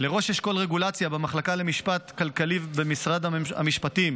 לראש אשכול רגולציה במחלקה למשפט כלכלי במשרד המשפטים